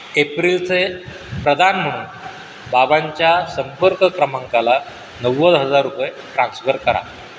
एप्रिलचे प्रदान म्हणून बाबांच्या संपर्क क्रमांकाला नव्वद हजार रुपये ट्रान्स्फर करा